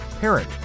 parent